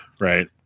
right